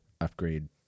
upgrade